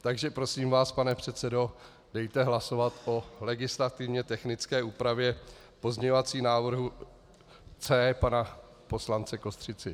Takže prosím vás, pane předsedo, dejte hlasovat o legislativně technické úpravě, pozměňovací návrh C pana poslance Kostřici.